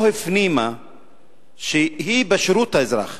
לא הפנימה שהיא בשירות האזרח,